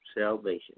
salvation